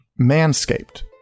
Manscaped